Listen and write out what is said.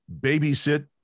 babysit